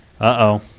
Uh-oh